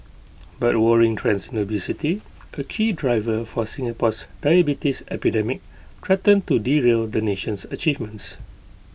but worrying trends in obesity A key driver for Singapore's diabetes epidemic threaten to derail the nation's achievements